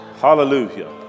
Hallelujah